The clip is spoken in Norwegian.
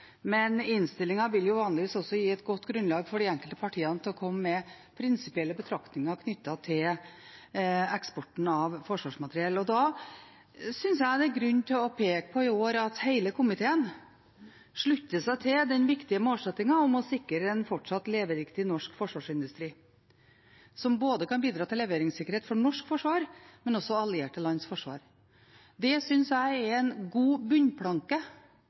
men innstillingen vil jo vanligvis også gi et godt grunnlag for de enkelte partiene til å komme med prinsipielle betraktninger knyttet til eksporten av forsvarsmateriell. Da synes jeg det er grunn til å peke på i år at hele komiteen slutter seg til den viktige målsettingen om å sikre en fortsatt levedyktig norsk forsvarsindustri som kan bidra til leveringssikkerhet for norsk forsvar, men også for allierte lands forsvar. Det synes jeg er en god bunnplanke